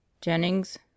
Jennings